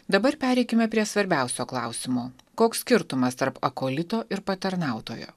dabar pereikime prie svarbiausio klausimo koks skirtumas tarp kolito ir patarnautojo